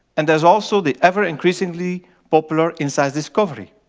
and there's also the ever-increasingly popular insights discovery.